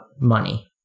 money